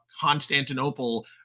Constantinople